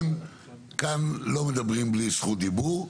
לא מדברים בלי זכות דיבור.